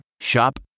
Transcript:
Shop